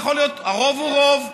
הרוב הוא רוב,